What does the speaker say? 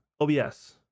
OBS